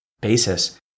basis